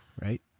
right